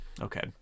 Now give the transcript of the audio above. Okay